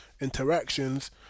Interactions